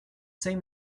same